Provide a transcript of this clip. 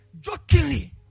jokingly